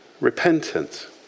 repentance